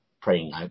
praying